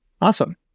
awesome